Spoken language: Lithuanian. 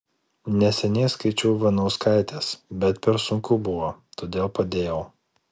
neseniai skaičiau ivanauskaitės bet per sunku buvo todėl padėjau